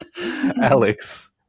Alex